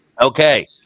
Okay